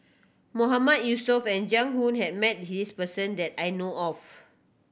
Mahmood Yusof and Jiang Hu has met this person that I know of